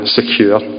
secure